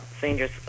seniors